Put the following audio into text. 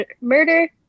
murder